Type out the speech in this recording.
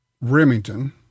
Remington